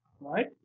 right